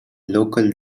local